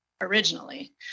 originally